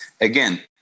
again